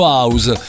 House